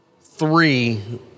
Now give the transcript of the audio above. three